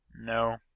No